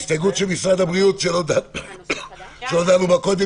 הסתייגות של משרד הבריאות שלא דנו בה קודם,